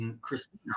christina